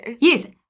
yes